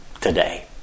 today